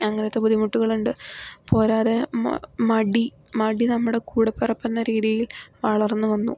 അങ്ങനത്തെ ബുദ്ധുമുട്ടുകളുണ്ട് പോരാതെ മ് മടി നമ്മുടെ കൂടപ്പിറപ്പെന്ന രീതിയിൽ വളർന്നു വന്നു